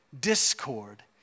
discord